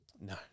no